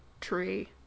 tree